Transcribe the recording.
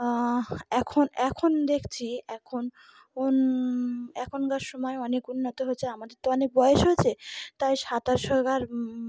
এখন এখন দেখছি এখন এখনকার সময় অনেক উন্নত হচ্ছে আমাদের তো অনেক বয়স হয়েছে তাই সাঁতার শেখার